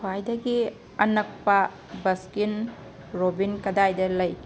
ꯈ꯭ꯋꯥꯏꯗꯒꯤ ꯑꯅꯛꯄ ꯕꯁꯀꯤꯟ ꯔꯣꯕꯤꯟ ꯀꯗꯥꯏꯗ ꯂꯩ